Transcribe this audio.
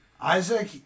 Isaac